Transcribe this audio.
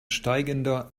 steigender